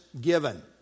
given